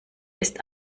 ist